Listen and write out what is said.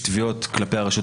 מירב בן ארי,